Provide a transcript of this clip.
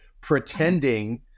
pretending